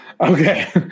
Okay